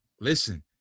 Listen